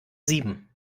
sieben